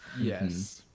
Yes